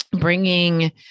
bringing